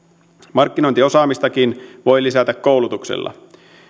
markkinointiosaamistakin voi lisätä koulutuksella